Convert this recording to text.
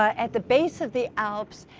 at the base of the alps,